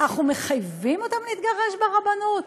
אנחנו מחייבים אותם להתגרש ברבנות?